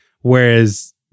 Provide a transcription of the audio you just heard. whereas